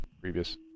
previous